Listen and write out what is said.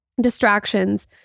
distractions